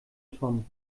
tom